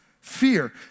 fear